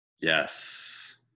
Yes